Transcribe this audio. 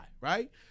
right